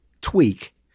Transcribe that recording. tweak